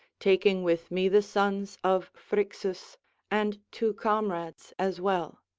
taking with me the sons of phrixus and two comrades as well.